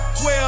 12